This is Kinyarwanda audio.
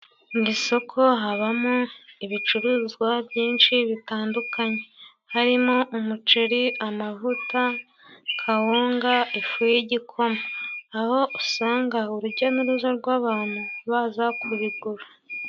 Mwisoko habamo ibicuruzwa byinshi bitandukanye harimo umuceri, amavuta, kawunga ,ifu y'igikoma aho usanga urujya n'uruza rw'abantu baza kubigura.